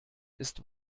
ist